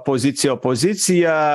pozicija opozicija